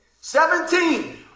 Seventeen